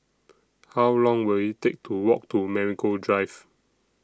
How Long Will IT Take to Walk to Marigold Drive